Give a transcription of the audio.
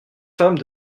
femmes